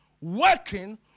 working